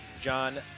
John